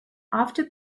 after